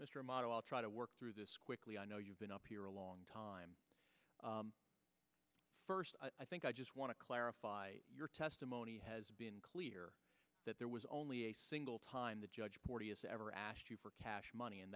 mr model i'll try to work through this quickly i know you've been up here a long time first i think i just want to clarify your testimony has been clear that there was only a single time the judge porteous ever asked you for cash money and